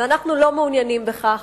ואנחנו לא מעוניינים בכך.